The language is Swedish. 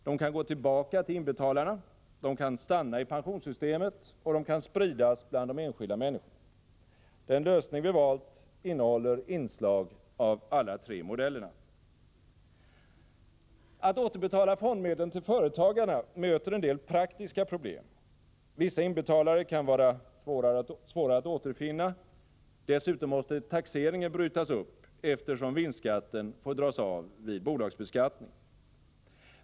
De kan gå tillbaka till inbetalarna, de kan stanna i pensionssystemet och de kan spridas bland de enskilda människorna. Den lösning vi valt innehåller inslag av alla tre modellerna. Att återbetala fondmedlen till företagarna möter en del praktiska problem. Vissa inbetalare kan vara svåra att återfinna. Dessutom måste taxeringen brytas upp, eftersom vinstskatten får dras av vid bolagsbeskattningen.